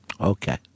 Okay